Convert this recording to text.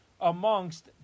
amongst